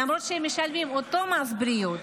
למרות שהם משלמים את אותו מס בריאות,